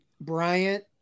Bryant